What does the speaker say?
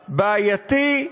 בעייתי,